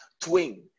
twin